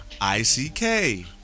I-C-K